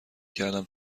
کردم